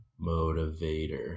motivator